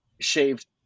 shaved